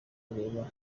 kureba